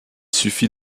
suffit